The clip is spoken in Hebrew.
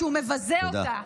שהוא מבזה אותה,